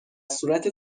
صورت